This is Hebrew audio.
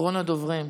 אחרון הדוברים,